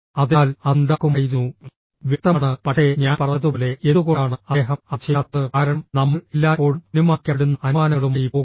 അതിനാൽ അത് ഉണ്ടാക്കുമായിരുന്നു വ്യക്തമാണ് പക്ഷേ ഞാൻ പറഞ്ഞതുപോലെ എന്തുകൊണ്ടാണ് അദ്ദേഹം അത് ചെയ്യാത്തത് കാരണം നമ്മൾ എല്ലായ്പ്പോഴും അനുമാനിക്കപ്പെടുന്ന അനുമാനങ്ങളുമായി പോകുന്നു